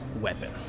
weapon